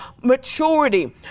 maturity